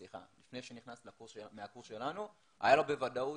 לפני שנכנסו מהקורס שלנו, היה לו בוודאות